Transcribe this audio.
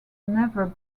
never